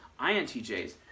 INTJs